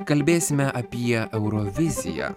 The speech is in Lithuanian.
kalbėsime apie euroviziją